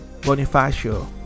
Bonifacio